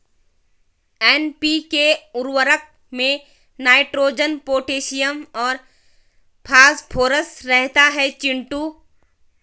NPK उर्वरक में nitrogen potassium और फास्फोरस रहता है चिंटू